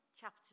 chapter